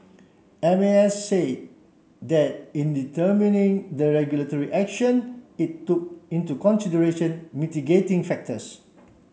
M A S say that in determining the regulatory action it took into consideration mitigating factors